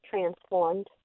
transformed